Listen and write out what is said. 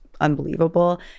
unbelievable